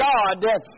God